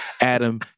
adam